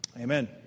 Amen